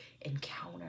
encounter